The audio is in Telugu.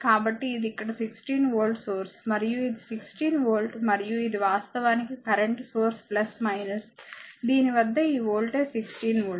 కాబట్టి ఇది ఇక్కడ 16 వోల్ట్ సోర్స్ మరియు ఇది 16 వోల్ట్ మరియు ఇది వాస్తవానికి కరెంట్ సోర్స్ దీని వద్ద ఈ వోల్టేజ్ 16 వోల్ట్